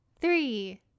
three